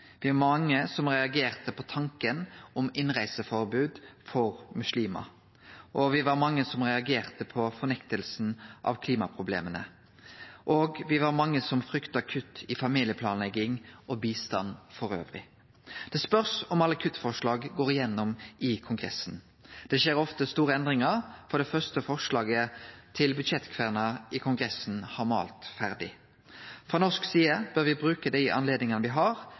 mange som reagerte på tanken om innreiseforbod for muslimar. Me var mange som reagerte på fornektinga av klimaproblema. Og me var mange som frykta kutt i familieplanlegging og bistand elles. Det spørs om alle kuttforslaga går igjennom i Kongressen. Det skjer ofte store endringar frå det første forslaget til budsjettkverna i Kongressen har malt ferdig. Frå norsk side bør me bruke dei anledningane me har,